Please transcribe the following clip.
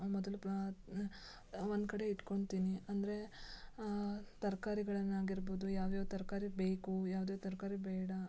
ಮೊದಲು ಒಂದ್ಕಡೆ ಇಟ್ಕೊಳ್ತೀನಿ ಅಂದರೆ ತರಕಾರಿಗಳನ್ನಾಗಿರ್ಬೋದು ಯಾವ್ಯಾವ ತರಕಾರಿ ಬೇಕು ಯಾವ್ದ್ಯಾವ್ದು ತರಕಾರಿ ಬೇಡ